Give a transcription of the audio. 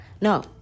no